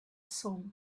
soul